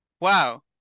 wow